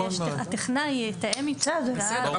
הטכנאי יתאם --- בסדר,